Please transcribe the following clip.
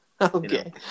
okay